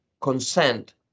consent